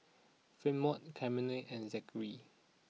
Fremont Camryn and Zachary